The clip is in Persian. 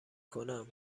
کنم